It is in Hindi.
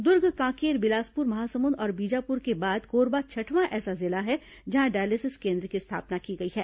दुर्ग कांकेर बिलासपुर महासमुंद और बीजापुर के बाद कोरबा छठवां ऐसा जिला है जहां डायलिसिस केन्द्र की स्थापना की गई है